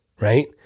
right